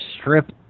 strip